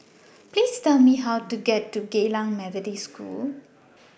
Please Tell Me How to get to Geylang Methodist School